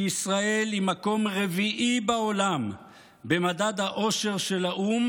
שישראל היא במקום רביעי בעולם במדד האושר של האו"ם,